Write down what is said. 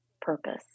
purpose